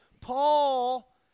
Paul